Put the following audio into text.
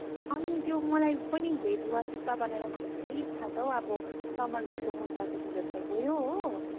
अनि त्यो मलाई पनि भेज वाचिप्पा बनाएर खान धेरै इच्छा छ हो अब तमर्केको मुन्टाको सिजन त गयो हो